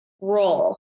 role